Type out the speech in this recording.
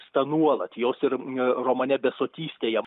sta nuolat jos ir e romane besotytė